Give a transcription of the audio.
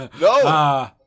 No